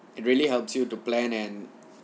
it really helps you to plan and